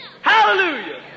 Hallelujah